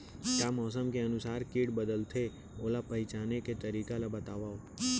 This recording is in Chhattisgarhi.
का मौसम के अनुसार किट बदलथे, ओला पहिचाने के तरीका ला बतावव?